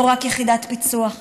לא רק יחידת פיצו"ח,